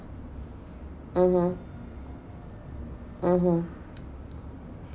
mmhmm mmhmm